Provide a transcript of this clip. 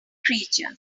creatures